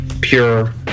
pure